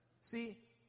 See